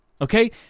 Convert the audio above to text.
okay